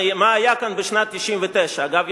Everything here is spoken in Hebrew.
ומה היה כאן בשנת 1999. אגב,